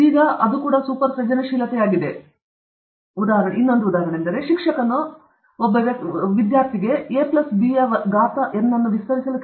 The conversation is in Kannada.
ಇದೀಗ ಇದು ಕೂಡಾ ಸೂಪರ್ ನೀವು ಪಾಯಿಂಟ್ ಪಡೆಯುತ್ತೀರಾ